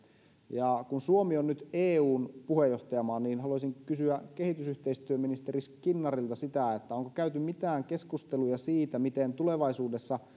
kun suomi on nyt eun puheenjohtajamaa niin haluaisin kysyä kehitysyhteistyöministeri skinnarilta sitä onko käyty mitään keskusteluja siitä miten tulevaisuudessa